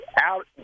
out